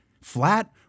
flat